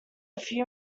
few